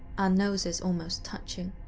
and noses almost touching.